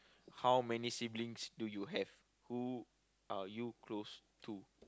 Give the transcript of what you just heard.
how many siblings do you have who are you close to